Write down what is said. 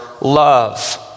love